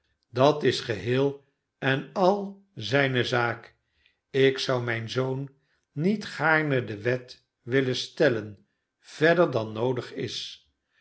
dat is geheel en al zijne zaak ik zou mijn zoon metgaarne de wet willen stellen verder dan noodig is